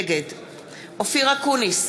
נגד אופיר אקוניס,